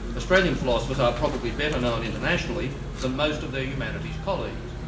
australian philosophers are probably better known internationally than most of their humanities colleagues.